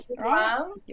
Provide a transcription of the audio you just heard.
right